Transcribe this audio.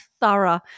thorough